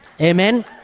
Amen